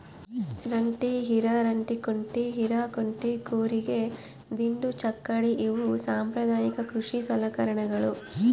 ರಂಟೆ ಹಿರೆರಂಟೆಕುಂಟೆ ಹಿರೇಕುಂಟೆ ಕೂರಿಗೆ ದಿಂಡು ಚಕ್ಕಡಿ ಇವು ಸಾಂಪ್ರದಾಯಿಕ ಕೃಷಿ ಸಲಕರಣೆಗಳು